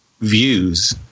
views